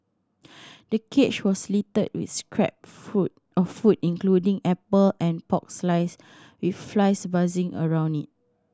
the cage was littered with scrap food of food including apple and pork slice with flies buzzing around it